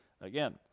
Again